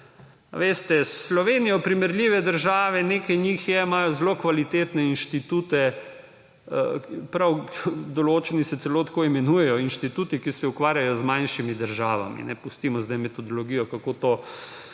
Veste, s Slovenijo primerljive države, nekaj njih je, imajo zelo kvalitetne inštitute; določeni se celo tako imenujejo: inštituti, ki se ukvarjajo z manjšimi državami. Pustimo zdaj metodologijo, kako to